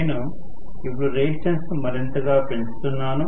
నేను ఇప్పుడు రెసిస్టెన్స్ ను మరింతగా పెంచుతున్నాను